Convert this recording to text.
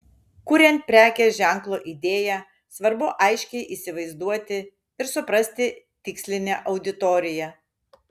kuriant prekės ženklo idėją svarbu aiškiai įsivaizduoti ir suprasti tikslinę auditoriją